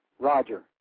Roger